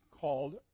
called